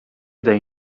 they